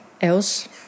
else